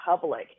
public